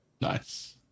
Nice